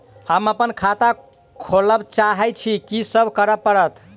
हम अप्पन खाता खोलब चाहै छी की सब करऽ पड़त?